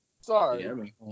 sorry